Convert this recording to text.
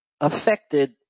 affected